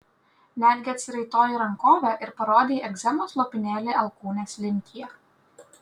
netgi atsiraitojai rankovę ir parodei egzemos lopinėlį alkūnės linkyje